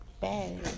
Bad